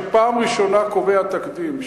שפעם ראשונה קובע תקדים,